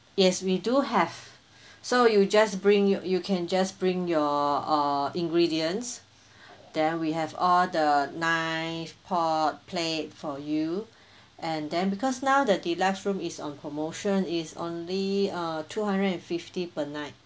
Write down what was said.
yes we do have so you just bring you you can just bring your uh ingredients there we have all the knife pot plate for you and then because now the deluxe room is on promotion it's only uh two hundred and fifty per night